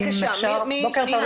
בבקשה, מי